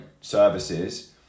services